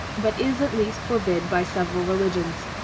but is at least forbid by several religions.